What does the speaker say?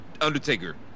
Undertaker